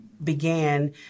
began